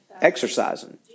Exercising